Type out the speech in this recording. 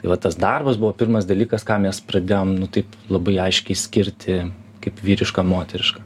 tai va tas darbas buvo pirmas dalykas ką mes pradėjom nu taip labai aiškiai išskirti kaip vyrišką ar moterišką